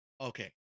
Okay